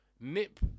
nip